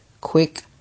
quick